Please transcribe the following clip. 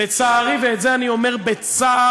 לצערי, ואת זה אני אומר בצער,